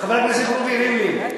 חבר הכנסת רובי ריבלין,